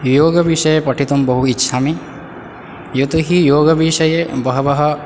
योगविषये पठितुं बहु इच्छामि यतोहि योगविषये बहवः